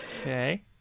Okay